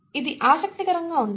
ఇది ఆసక్తికరంగా ఉంది